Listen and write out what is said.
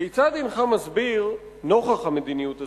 כיצד הינך מסביר, נוכח המדיניות הזאת,